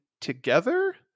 together